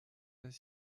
des